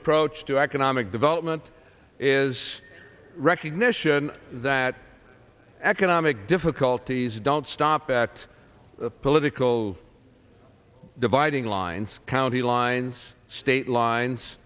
approach to economic development is a recognition that economic difficulties don't stop at political dividing lines county lines state lines